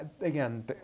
Again